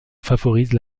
favorise